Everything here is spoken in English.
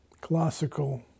classical